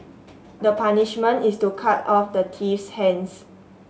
the punishment is to cut off the thief's hands